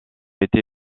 été